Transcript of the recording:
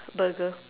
burger